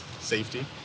safety